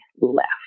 left